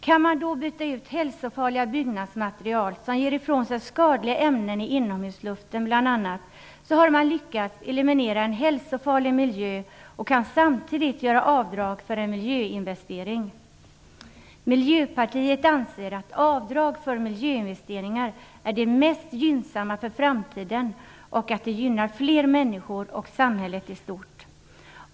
Kan man då byta ut hälsofarliga byggnadsmaterial, som bl.a. ger ifrån sig skadliga ämnen i inomhusluften, så har man lyckats eliminera en hälsofarlig miljö och kan samtidigt göra avdrag för en miljöinvestering. Miljöpartiet anser att avdrag för miljöinvesteringar är det mest gynnsamma för framtiden och att det gynnar fler människor och samhället i stort.